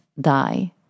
die